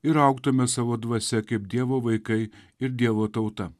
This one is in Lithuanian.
ir augtume savo dvasia kaip dievo vaikai ir dievo tauta